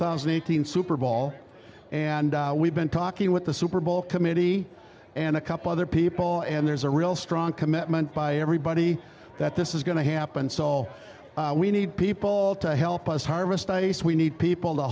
thousand eight hundred super bowl and we've been talking with the super bowl committee and a couple other people and there's a real strong commitment by everybody that this is going to happen so all we need people to help us harvest ice we need people t